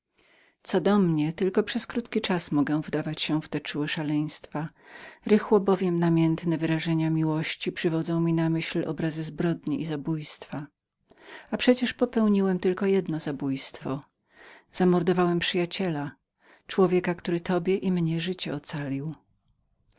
co do mnie przez krótki czas tylko mogę wdawać się w te czułe szaleństwa niebawem namiętne wyrażenia miłości przywodzą mi na myśl obrazy zbrodni i zabójstwa przecież popełniłem jedno tylko zabójstwo zamordowałem jednego tylko przyjaciela człowieka który tobie i mnie życie ocalił